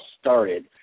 started